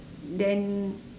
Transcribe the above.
then